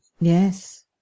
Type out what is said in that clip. Yes